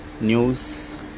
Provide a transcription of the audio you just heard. news